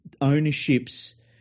ownership's